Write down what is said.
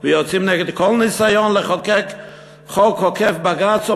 ויוצאים נגד כל ניסיון לחוקק חוק עוקף-בג"ץ או